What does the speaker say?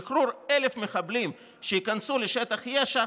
שחרור 1,000 מחבלים שייכנסו לשטח יש"ע